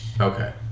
Okay